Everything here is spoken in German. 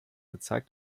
gezeigt